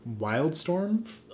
Wildstorm